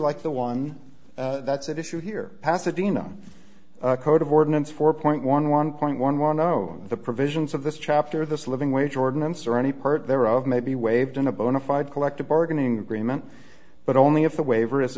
like the one that's at issue here pasadena code of ordinance four point one one point one one of the provisions of this chapter of this living wage ordinance or any part thereof may be waived in a bona fide collective bargaining agreement but only if the waiver